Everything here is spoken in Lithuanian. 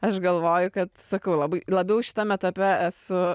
aš galvoju kad sakau labai labiau šitame etape su